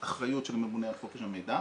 האחריות של הממונה על חוק חופש המידע.